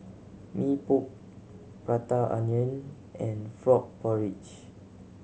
Mee Pok Prata Onion and frog porridge